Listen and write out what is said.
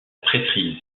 prêtrise